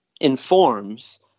informs